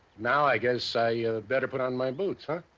now. i guess i better put on my boots, huh?